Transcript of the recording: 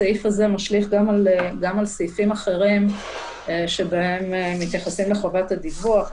הסעיף הזה משליך גם על סעיפים אחרים שבהם מתייחסים לחובת הדיווח.